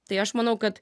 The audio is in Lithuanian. tai aš manau kad